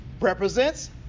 represents